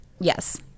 yes